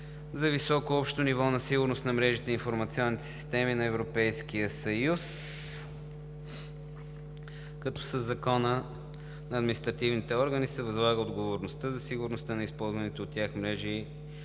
за високо общо ниво на сигурност на мрежите и информационните системи в Европейския съюз. Със Закона за киберсигурност на административните органи се възлага отговорността за сигурността на използваните от тях мрежи